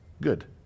Good